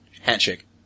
Handshake